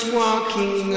walking